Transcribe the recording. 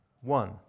One